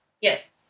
yes